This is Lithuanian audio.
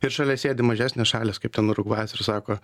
ir šalia sėdi mažesnės šalys kaip ten urugvajus ir sako